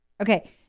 Okay